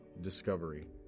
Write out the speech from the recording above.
Discovery